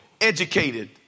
educated